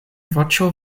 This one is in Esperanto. voĉo